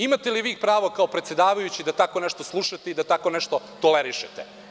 Imate li vi pravo kao predsedavajući da tako nešto slušate i da tako nešto tolerišete?